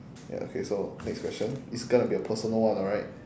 ya okay so next question it's going to be a personal one alright